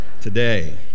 today